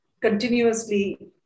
continuously